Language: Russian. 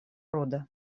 рода